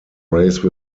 race